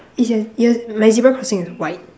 is your yeah my zebra crossing is white